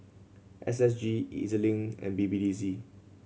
S S G E Z Link and B B D C